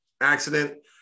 accident